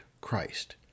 Christ